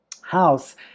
house